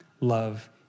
love